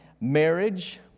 marriage